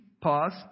Pause